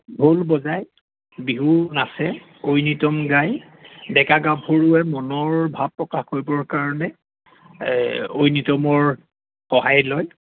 ঢোল বজাই বিহু নাচে ঐনিতম গায় ডেকা গাভৰুৱে মনৰ ভাৱ প্ৰকাশ কৰিবৰ কাৰণে ঐনিতমৰ সহায় লয়